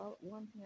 one